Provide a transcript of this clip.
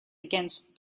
against